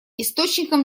источником